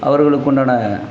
அவர்களுக்குண்டான